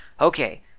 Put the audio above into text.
okay